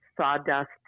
sawdust